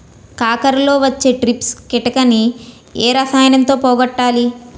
కాకరలో వచ్చే ట్రిప్స్ కిటకని ఏ రసాయనంతో పోగొట్టాలి?